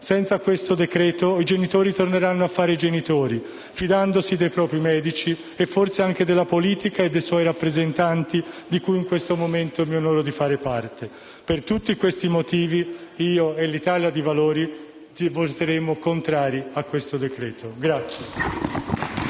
Senza questo decreto, i genitori torneranno a fare i genitori, fidandosi dei propri medici e, forse, anche della politica e dei suoi rappresentanti, di cui in questo momento mi onoro di fare parte. Per tutti questi motivi, il voto mio e della componente dell'Italia